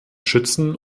schützen